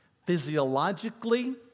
Physiologically